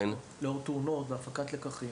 לאור תאונות והפקת לקחים.